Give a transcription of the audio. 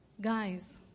Guys